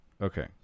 Okay